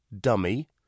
dummy